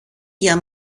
για